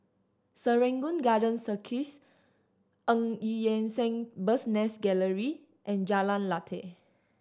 Serangoon Garden Circus Eu Yan Sang Bird's Nest Gallery and Jalan Lateh